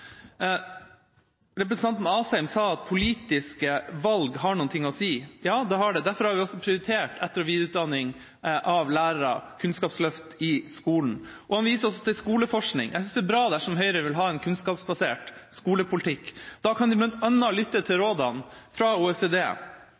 Representanten Asheim sa at politiske valg har noe å si. Ja, det har det. Derfor har vi prioritert etter- og videreutdanning av lærere og kunnskapsløft i skolen. Han viser også til skoleforskning. Jeg synes det er bra dersom Høyre vil ha en kunnskapsbasert skolepolitikk. Da kan de bl.a. lytte til